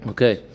Okay